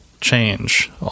change